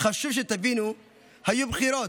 שתבינו שהיו בחירות,